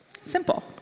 Simple